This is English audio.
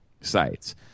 sites